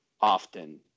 often